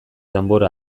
danbor